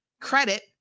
credit